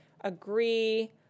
Agree